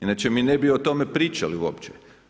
Inače mi ne bi o tome pričali uopće.